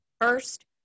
first